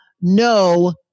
no